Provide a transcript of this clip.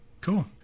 Cool